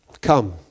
come